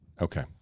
Okay